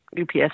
UPS